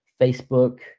facebook